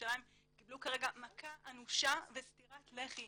לירושלים קיבלו כרגע מכה אנושה וסטירת לחי,